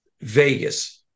Vegas